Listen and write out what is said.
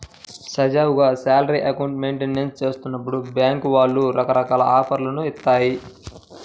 సజావుగా salary account maintain చేస్తున్నప్పుడు బ్యేంకుల వాళ్ళు రకరకాల ఆఫర్లను ఇత్తాయి